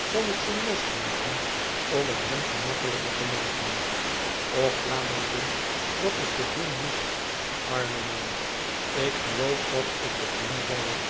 zal ik ze losmaken om het hem gemakkelijker te maken och ja mij dunkt dat ik het doen moest arme man ik geloof dat ik het doen zal